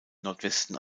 nordwesten